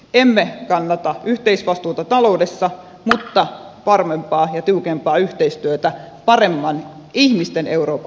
emme kannata yhteisvastuuta taloudessa mutta varmempaa ja tiukempaa yhteistyötä paremman ihmisten euroopan rakentamiseksi